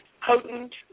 potent